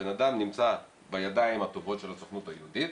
הבן אדם נמצא בידיים הטובות של הסוכנות היהודית,